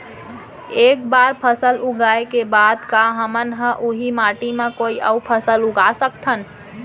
एक बार फसल उगाए के बाद का हमन ह, उही माटी मा कोई अऊ फसल उगा सकथन?